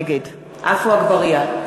נגד עפו אגבאריה,